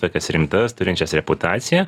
tokias rimtas turinčias reputaciją